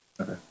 Okay